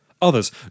Others